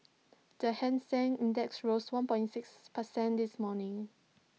the hang Seng index rose one point six per cent this morning